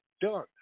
done